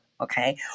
okay